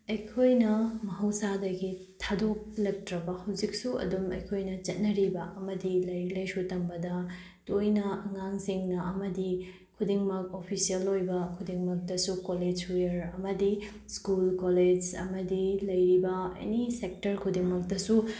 ꯑꯩꯈꯣꯏꯅ ꯃꯍꯧꯁꯥꯗꯒꯤ ꯊꯥꯗꯣꯛꯂꯛꯇ꯭ꯔꯕ ꯍꯧꯖꯤꯛꯁꯨ ꯑꯗꯨꯝ ꯑꯩꯈꯣꯏꯅ ꯆꯠꯅꯔꯤꯕ ꯑꯃꯗꯤ ꯂꯥꯏꯔꯤꯛ ꯂꯥꯏꯁꯨ ꯇꯝꯕꯗ ꯇꯣꯏꯅ ꯑꯉꯥꯡꯁꯤꯡꯅ ꯑꯃꯗꯤ ꯈꯨꯗꯤꯡꯃꯛ ꯑꯣꯐꯤꯁꯦꯜ ꯑꯣꯏꯕ ꯈꯨꯗꯤꯡꯃꯛꯇꯁꯨ ꯀꯣꯂꯦꯖ ꯋꯌ꯭ꯔ ꯑꯃꯗꯤ ꯁ꯭ꯀꯨꯜ ꯀꯣꯂꯦꯖ ꯑꯃꯗꯤ ꯂꯩꯔꯤꯕ ꯑꯦꯅꯤ ꯁꯦꯛꯇꯔ ꯈꯨꯗꯤꯡꯃꯛꯇꯁꯨ